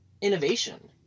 innovation